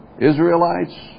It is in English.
Israelites